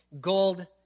gold